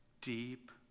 deep